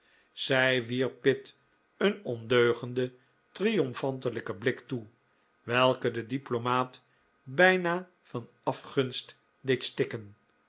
zij wierp pitt een ondeugenden triomphantelijken blik toe welke den diplomaat bijna van afgunst deed stikken